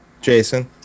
Jason